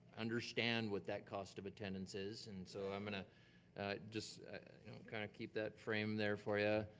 understand what that cost of attendance is. and so i'm gonna just kinda keep that frame there for yeah